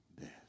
death